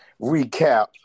recap